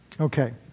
Okay